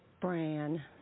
bran